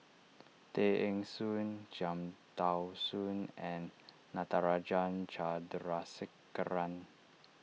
Tay Eng Soon Cham Tao Soon and Natarajan Chandrasekaran